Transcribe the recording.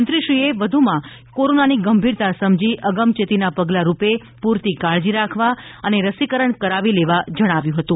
મંત્રીશ્રીએ વધુમાં કોરોનાની ગંભીરતા સમજી અગમચેતીનાં પગલાંરૂપે પૂરતી કાળજી રાખવા અને રસીકરણ કરાવી લેવા જણાવ્યું હતું